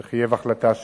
זה חייב החלטה שלי.